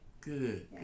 Good